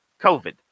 COVID